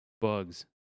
Bugs